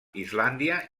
islàndia